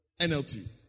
NLT